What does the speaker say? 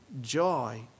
joy